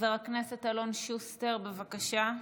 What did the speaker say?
חבר הכנסת אלון שוסטר, בבקשה.